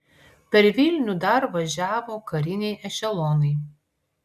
per vilnių dar važiavo kariniai ešelonai